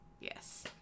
yes